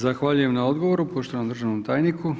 Zahvaljujem na odgovoru poštovanom državnom tajniku.